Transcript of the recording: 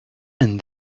and